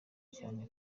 cyane